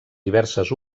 diverses